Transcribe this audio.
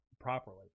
properly